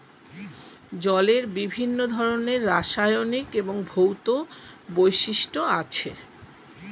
জলের বিভিন্ন ধরনের রাসায়নিক এবং ভৌত বৈশিষ্ট্য আছে